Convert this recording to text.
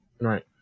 right